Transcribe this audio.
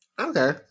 Okay